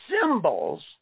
symbols